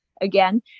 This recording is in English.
Again